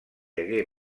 hagué